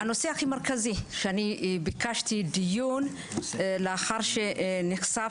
ביקשתי לכנס את הוועדה לאחר שנחשף